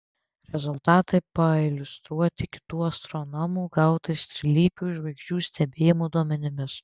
rezultatai pailiustruoti kitų astronomų gautais trilypių žvaigždžių stebėjimo duomenimis